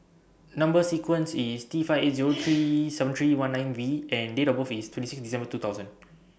Number sequence IS T five eight Zero seven three one nine V and Date of birth IS twenty six December two thousand